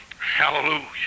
Hallelujah